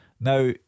Now